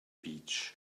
beach